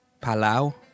Palau